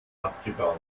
abgebaut